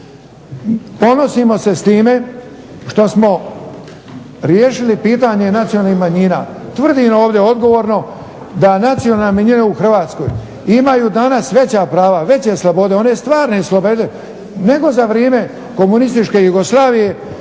Ponosimo se s time što smo riješili pitanje nacionalnih manjina. Tvrdim ovdje odgovorno da nacionalne manjine u Hrvatskoj imaju danas veća prava, veće slobode, one stvarne slobode nego za vrijeme komunističke Jugoslavije